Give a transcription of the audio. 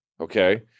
Okay